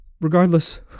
regardless